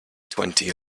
twenty